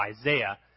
Isaiah